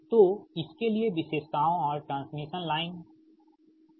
तो इसके लिए विशेषताओं और ट्रांसमिशन लाइन है